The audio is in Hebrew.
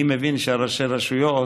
אני מבין שראשי הרשויות